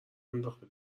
انداخته